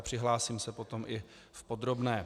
Přihlásím se potom i v podrobné.